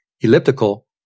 elliptical